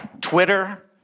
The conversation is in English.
Twitter